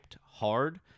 hard